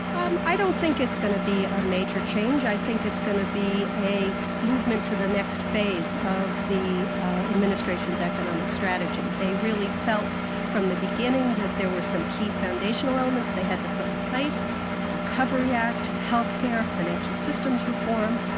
um i don't think it's going to be a major change. i think it's going to be a movement to the next phase the administration's economic strategy. they really felt from the beginning that there were some key foundational elements they had to put in place recovery act, health care, financial systems reform.